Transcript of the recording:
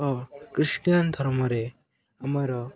ଓ Christian ଧର୍ମରେ ଆମର